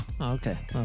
okay